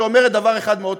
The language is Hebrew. שאומרת דבר אחד מאוד פשוט,